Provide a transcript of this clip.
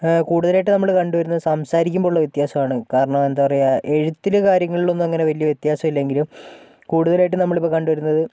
കൂടുതലായിട്ട് നമ്മള് കണ്ടുവരുന്നത് സംസാരിക്കുമ്പോളുള്ള വ്യത്യസമാണ് കാരണം എന്താ പറയുക എഴുത്തിലും കാര്യങ്ങളിലൊന്നും അങ്ങനെ വലിയ വ്യത്യാസം ഇല്ലെങ്കിലും കൂടുതലായിട്ടും നമ്മളിപ്പോൾ കണ്ടുവരുന്നത്